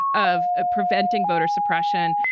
of ah preventing voter suppression,